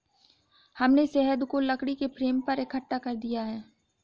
हमने शहद को लकड़ी के फ्रेम पर इकट्ठा कर दिया है